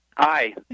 Hi